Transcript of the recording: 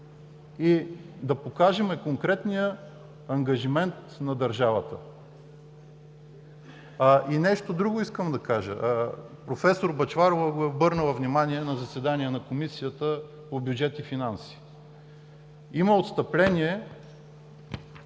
и да покажем конкретния ангажимент на държавата? И нещо друго искам да кажа. Професор Бъчварова е обърнала внимание на заседание на Комисията по бюджет и финанси. Има отстъпление